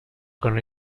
can